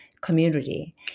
community